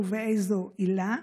באיזו עילה?